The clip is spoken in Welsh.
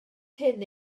hyn